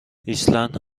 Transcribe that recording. ایسلند